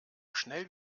schnell